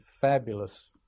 fabulous